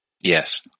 Yes